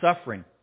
suffering